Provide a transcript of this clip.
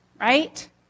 right